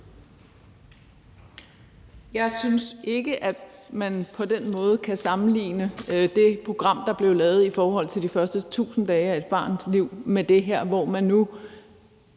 Jeg synes ikke, at man på den måde kan sammenligne det program, der blev lavet for de første 1.000 dage af et barns liv, med det her, hvor man –